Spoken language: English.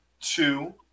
two